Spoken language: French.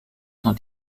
son